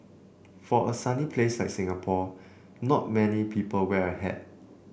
for a sunny place like Singapore not many people wear a hat